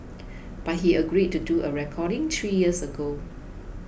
but he agreed to do a recording three years ago